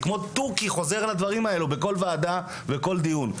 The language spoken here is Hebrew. אני כמו תוכי חוזר על הדברים האלו בכל ועדה וכל דיון,